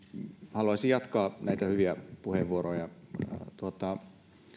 haluaisin jatkaa näitä hyviä puheenvuoroja